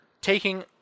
taking